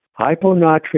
Hyponatremia